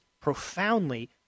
profoundly